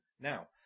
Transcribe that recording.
Now